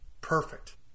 Perfect